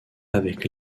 avec